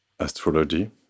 Astrology